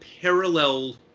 parallel